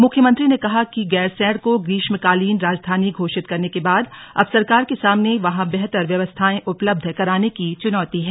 मुख्यमंत्री ने कहा कि गैरसैंण को ग्रीष्मकालीन राजधानी घोषित करने के बाद अब सरकार के सामने वहां बेहतर व्यवस्थाएं उपलब्ध कराने की चुनौती है